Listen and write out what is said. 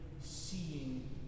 seeing